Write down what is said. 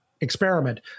experiment